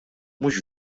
mhux